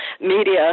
media